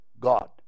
God